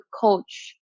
coach